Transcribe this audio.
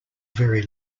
very